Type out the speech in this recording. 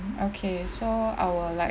okay so our like